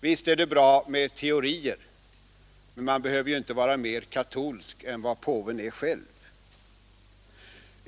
Visst är det bra med teorier, men man behöver inte vara mera katolsk än vad påven är själv.